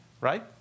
right